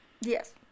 Yes